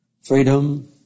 Freedom